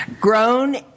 Grown